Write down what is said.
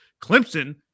Clemson